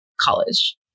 college